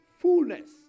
fullness